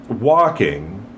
walking